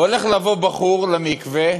הולך לבוא בחור למקווה,